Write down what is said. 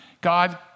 God